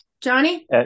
Johnny